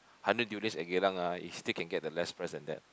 hundred durians at Geylang ah you still can get the less price than that